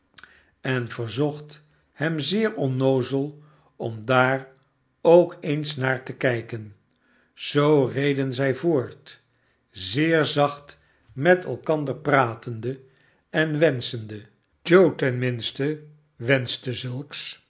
en verzocht hem zeer onnoozel om daar ook eens naar te kijken zoo reden zij voort zeer zacht met elkander pratende en wenschende joe ten minste wenschte zulks